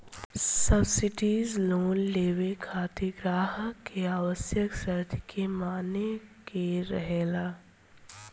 subsidise loan लेबे खातिर ग्राहक के आवश्यक शर्त के माने के रहेला